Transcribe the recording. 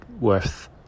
worth